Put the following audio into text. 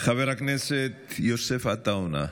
חבר הכנסת יוסף עטאונה.